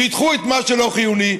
תדחו את מה שלא חיוני.